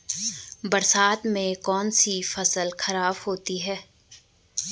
बरसात से कौन सी फसल खराब होती है?